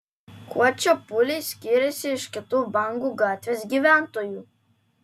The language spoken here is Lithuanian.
kuo čepuliai skyrėsi iš kitų bangų gatvės gyventojų